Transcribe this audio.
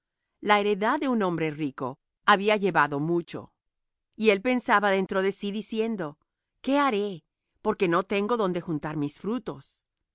la heredad de un hombre rico había llevado mucho y él pensaba dentro de sí diciendo qué haré porque no tengo donde juntar mis frutos